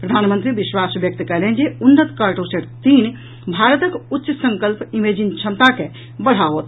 प्रधानमंत्री विश्वास व्यक्त कयलनि जे उन्नत कार्टोसैट तीन भारतक उच्च संकल्प इमेजिंग क्षमता के बढ़ाओत